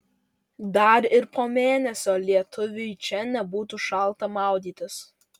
dar ir po mėnesio lietuviui čia nebūtų šalta maudytis